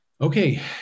Okay